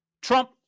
Trump